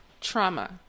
trauma